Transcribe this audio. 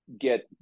get